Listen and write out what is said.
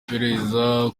iperereza